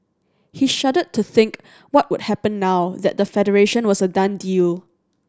he shuddered to think what would happen now that the Federation was a done deal